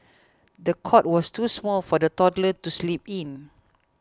the cot was too small for the toddler to sleep in